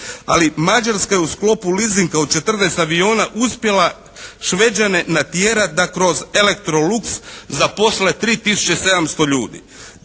Ali, Mađarska je u sklopu leasinga od 14 aviona uspjela Šveđane natjerat da kroz "Electrolux" zaposle 3 tisuće 700 ljudi.